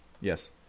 Yes